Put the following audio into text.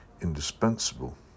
indispensable